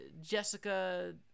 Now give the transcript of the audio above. Jessica